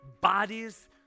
bodies